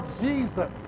Jesus